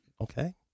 Okay